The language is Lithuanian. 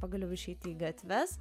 pagaliau išeiti į gatves